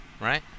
right